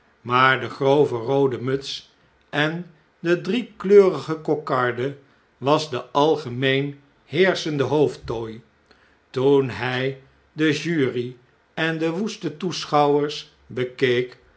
maar de grove roode muts en de driekleurige kokarde was de algemeen heerschende hoofdtooi toen hij dejury en de woeste toeschouwers bekeek